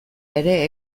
ere